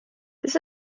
this